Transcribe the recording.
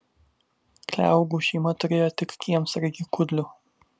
kliaugų šeima turėjo tik kiemsargį kudlių